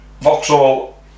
Vauxhall